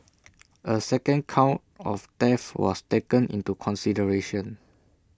A second count of theft was taken into consideration